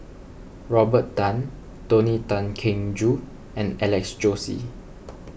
Robert Tan Tony Tan Keng Joo and Alex Josey